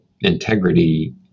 integrity